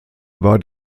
war